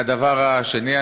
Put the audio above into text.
והדבר השני,